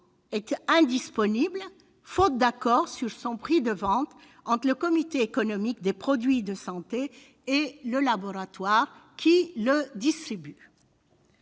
est indisponible faute d'accord sur son prix de vente entre le comité économique des produits de santé et le laboratoire qui le distribue.